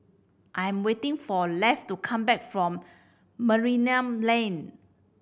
I am waiting for Lafe to come back from Merlimau Lane